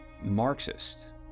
marxist